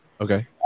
Okay